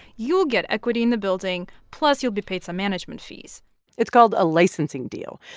you'll get equity in the building, plus you'll be paid some management fees it's called a licensing deal.